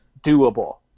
doable